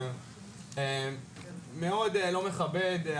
מאוד לא מכבד,